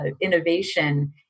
innovation